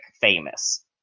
famous